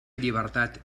llibertat